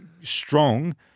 strong